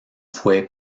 fue